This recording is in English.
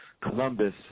Columbus